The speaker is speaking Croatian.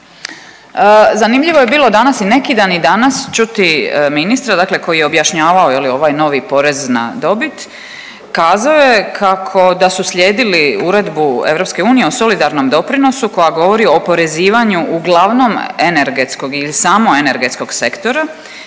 Zanimljivo je bilo danas i neki dan i danas čuti ministra dakle koji je objašnjavao ovaj novi porez na dobit. Kazao je kako da su slijedili Uredbu Europske unije o solidarnom doprinosu koja govori o oporezivanju uglavnom energetskog ili samo energetskog sektora.